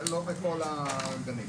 לא בכל הגנים.